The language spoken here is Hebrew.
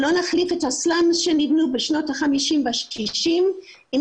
שלא נחליף את הסלאמס שנבנו בשנות ה-50 וה-60 עם